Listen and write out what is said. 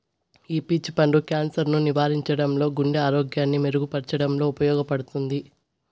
ఈ పీచ్ పండు క్యాన్సర్ ను నివారించడంలో, గుండె ఆరోగ్యాన్ని మెరుగు పరచడంలో ఉపయోగపడుతుంది